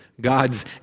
God's